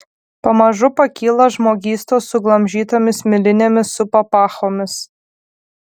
pamažu pakyla žmogystos suglamžytomis milinėmis su papachomis